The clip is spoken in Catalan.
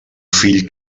fill